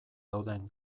dauden